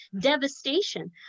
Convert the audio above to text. devastation